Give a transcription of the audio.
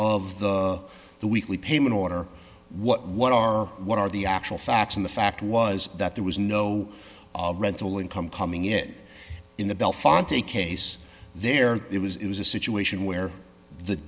of the weekly payment order what are what are the actual facts and the fact was that there was no rental income coming it in the bell font a case there it was it was a situation where the